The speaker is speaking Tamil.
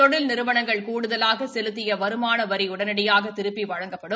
தொழில் நிறுவனங்கள் கூடுதலாக செலுத்திய வருமான வரி உடனடியாக திருப்பி வழங்கப்படும்